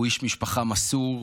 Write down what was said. הוא איש משפחה מסור,